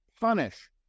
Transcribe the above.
punish